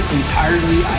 entirely